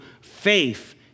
faith